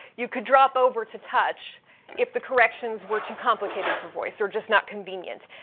you could drop over to touch if the corrections were too complicated for voice or just not convenient.